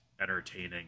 entertaining